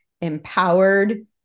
empowered